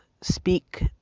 speak